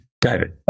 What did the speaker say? David